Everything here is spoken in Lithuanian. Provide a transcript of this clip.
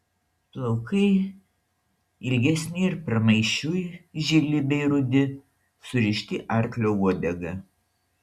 plaukai ilgesni ir pramaišiui žili bei rudi surišti arklio uodega